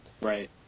Right